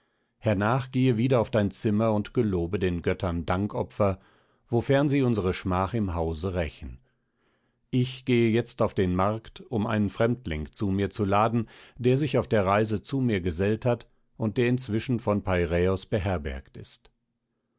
hernach gehe wieder auf dein zimmer und gelobe den göttern dankopfer wofern sie unsere schmach im hause rächen ich gehe jetzt auf den markt um einen fremdling zu mir zu laden der sich auf der reise zu mir gesellt hat und der inzwischen von peiräos beherbergt ist